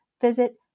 visit